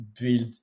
build